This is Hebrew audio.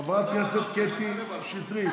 חברת הכנסת קטי שטרית